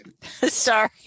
sorry